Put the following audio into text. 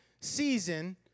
season